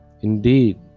Indeed